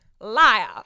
Liar